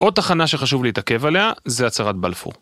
עוד תחנה שחשוב להתעכב עליה זה הצהרת בלפור.